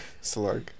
Slug